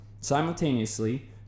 Simultaneously